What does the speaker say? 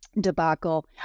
debacle